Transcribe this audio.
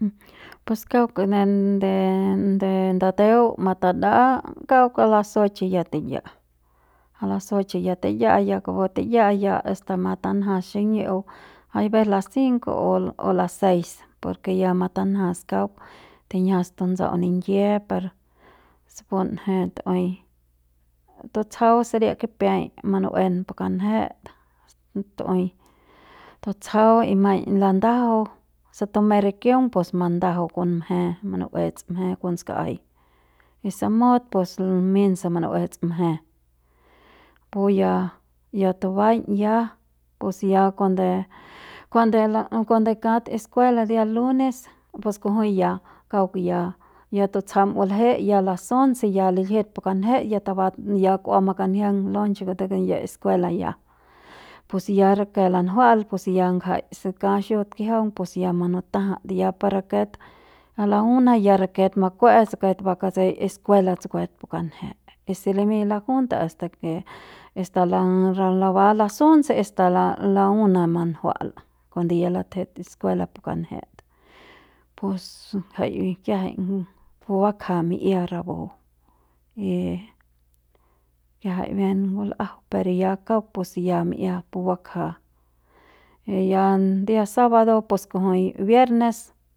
Pues kauk nde nde nde ndateu matada'a kauk a las ya tiya'a a las ya tiya'a ya kupu tiya'a ya hasta matanjas xiñi'u aives las o o las por ke ya matanjas kauk tinjias tuntsa'au ningie par punje tu'ui tutsjau saria kipiai manu'uen re kanjet tu'uei tutsjau y maiñ landajau se tumei rikiung pus mandajau kon mje munu'uets mje kon ska'aik y si mut pus minsa munu'uets mje puya ya tubaiñ ya pus ya kuande kuande kuande kat escuela dia lunes pus kujui ya kauk ya ya tutsjam bal'je ya las ya liljit pu kanjet ya tabam ya kua makanjiang lonche kute kingyiep escuela ya pus ya rake lanjua'al pus ya ngjai ka xut ki'jiaung pus ya munuta'jat ya par raket ya a la una ya rake makue'e raket bakaseik escuela tsukue pu kanjet y si limiñ la junta hasta ke hasta lava raba las, hasta la manjua'al kuande ya latjet escuela pu kanjet pus jai kiajai pu bakja mi'ia rapu y kiajai bien ngul'ajau pero ya kauk pus ya mi'ia pu bakja y ya dia sábado pus kujui viernes.